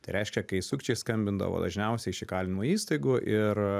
tai reiškia kai sukčiai skambindavo dažniausiai iš įkalinimo įstaigų ir